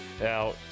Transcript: Now